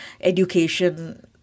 education